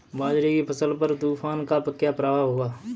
बाजरे की फसल पर तूफान का क्या प्रभाव होगा?